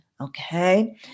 Okay